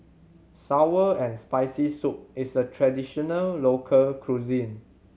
sour and Spicy Soup is a traditional local cuisine